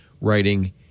writing